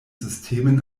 systemen